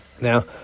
Now